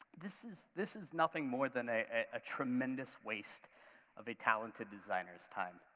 this is this is nothing more than a a tremendous waste of a talented designer's time.